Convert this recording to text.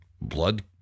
Blood